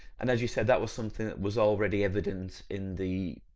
and as you said that was something that was already evident in the,